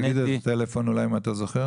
אז תגיד לנו את הטלפון, אם אתה זוכר.